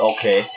Okay